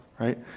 right